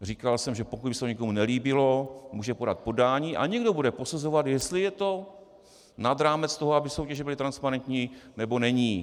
Říkal jsem, že pokud by se to někomu nelíbilo, může podat podání a někdo bude posuzovat, jestli je to nad rámec toho, aby soutěže byly transparentní, nebo není.